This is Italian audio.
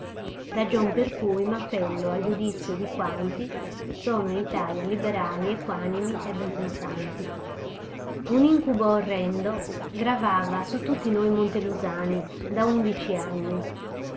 ragion per cui m'appello al giudizio di quanti sono in italia liberali equanimi e ben pensanti un incubo orrendo gravava su tutti noi montelusani da undici anni